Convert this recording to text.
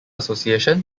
association